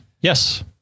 Yes